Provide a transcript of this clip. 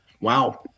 wow